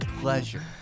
pleasure